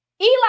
Eli